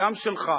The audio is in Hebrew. גם שלך.